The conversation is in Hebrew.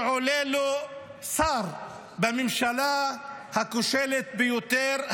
שעולה לו שר בממשלה הכושלת ביותר,